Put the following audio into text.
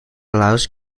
allows